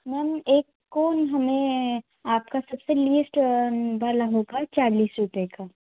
ma'am एक कोन हमें आपका सब से लिस्ट वाला होगा चालीस रुपये का